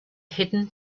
hidden